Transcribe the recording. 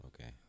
okay